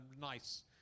nice